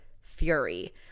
Fury